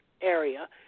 area